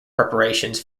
preparations